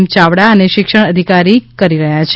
યાવડા અને શિક્ષણ અધિકારી કરી રહ્યા છે